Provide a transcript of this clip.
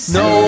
no